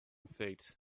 fate